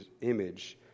image